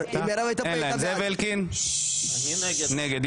זאב אלקין נגד,